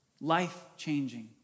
Life-changing